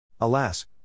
Alas